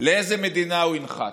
לאיזו מדינה הוא ינחת?